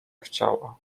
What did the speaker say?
chciała